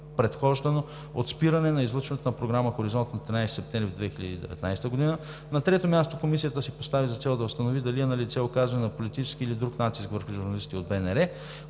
предхождано от спиране на излъчването на програма „Хоризонт“ на 13 септември 2019 г. На трето място, Комисията си постави за цел да установи дали е налице оказване на политически или друг натиск върху журналисти от